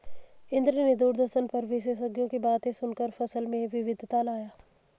इंद्र ने दूरदर्शन पर विशेषज्ञों की बातें सुनकर फसल में विविधता लाया